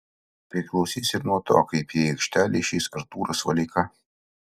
priklausys ir nuo to kaip į aikštelę išeis artūras valeika